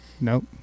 nope